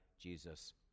Jesus